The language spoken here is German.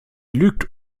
lügt